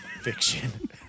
fiction